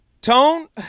tone